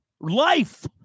Life